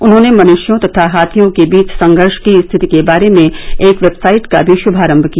उन्होंने मनृष्यों तथा हाथियों के बीच संघर्ष की स्थिति के बारे में एक वेबसाइट का भी श्मारम किया